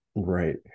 Right